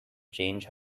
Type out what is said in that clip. change